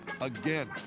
Again